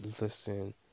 listen